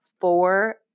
four